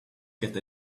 get